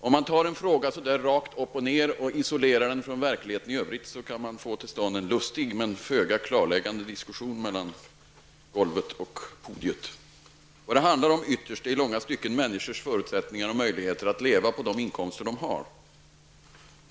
Om man isolerar en fråga så här rakt upp och ner från verkligheten i övrigt kan man få till stånd en lustig men föga klarläggande diskussion mellan golvet och podiet. Vad det ytterst handlar om är i långa stycken människors förutsättningar och möjligheter att leva på de inkomster som de har.